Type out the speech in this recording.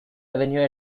avenue